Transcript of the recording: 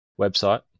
website